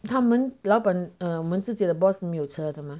他们老板 err 我们自己的 boss 没有车的吗